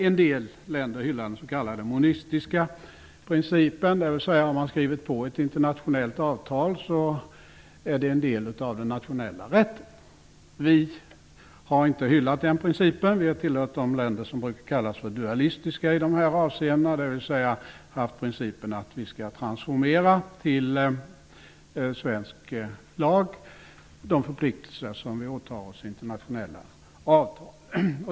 En del länder hyllar den s.k. monistiska principen, dvs. har man skrivit på ett internationellt avtal så är det en del av den nationella rätten. Vi har inte hyllat den principen, utan Sverige har tillhört de länder som i de här avseendena brukar kallas för dualistiska, dvs. vi har tillämpat principen att vi skall transformera till svensk lag de förpliktelser som vi åtar oss i internationella avtal.